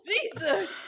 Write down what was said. Jesus